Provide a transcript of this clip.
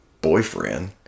boyfriend